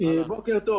בוקר טוב.